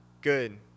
Good